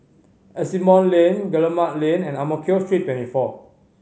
Asimont Lane Guillemard Lane and Ang Mo Kio Street Twenty four